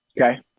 okay